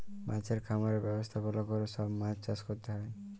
মাছের খামারের ব্যবস্থাপলা ক্যরে সব মাছ চাষ ক্যরতে হ্যয়